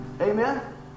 Amen